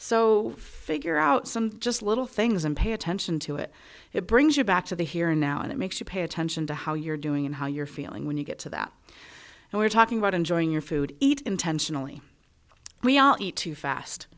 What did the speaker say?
so figure out some just little things and pay attention to it it brings you back to the here and now and it makes you pay attention to how you're doing and how you're feeling when you get to that and we're talking about enjoying your food eat intentionally we all eat too fast